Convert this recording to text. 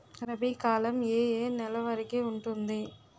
రబీ కాలం ఏ ఏ నెల వరికి ఉంటుంది?